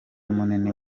munini